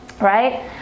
right